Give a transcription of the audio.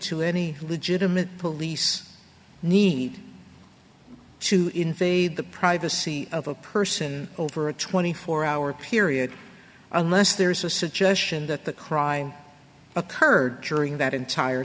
to any legitimate police need to invade the privacy of a person over a twenty four hour period unless there is a suggestion that the crime occurred during that entire